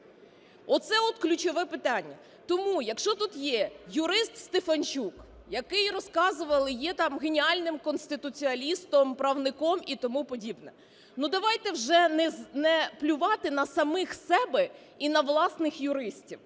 Оце от ключове питання. Тому, якщо тут є юрист Стефанчук, який, розказували, є там геніальним там конституціоналістом, правником і тому подібне. Ну, давайте вже не плювати на самих себе і на власних юристів.